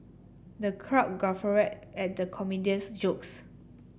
the crowd guffawed at the comedian's jokes